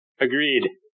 Agreed